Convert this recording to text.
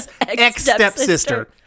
Ex-stepsister